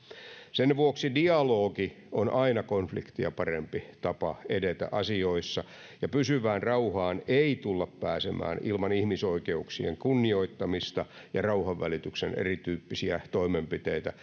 sen vuoksi dialogi on aina konfliktia parempi tapa edetä asioissa ja pysyvään rauhaan ei tulla pääsemään ilman ihmisoikeuksien kunnioittamista ja erityyppisiä rauhanvälityksen toimenpiteitä